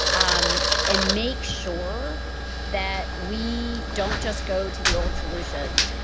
um and make sure that we don't just go to the old solutions.